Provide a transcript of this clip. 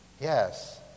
Yes